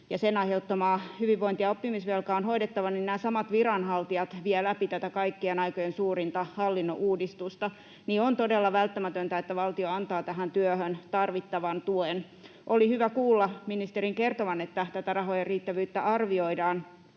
sen aiheuttamaa hyvinvointi‑ ja oppimisvelkaa on hoidettava, nämä samat viranhaltijat vievät läpi tätä kaikkien aikojen suurinta hallinnon uudistusta. On todella välttämätöntä, että valtio antaa tähän työhön tarvittavan tuen. Oli hyvä kuulla ministerin kertovan, että rahojen riittävyyttä arvioidaan,